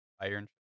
Iron